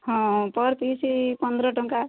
ହଁ ପର ପିସ୍ ପନ୍ଦର ଟଙ୍କା